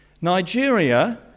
Nigeria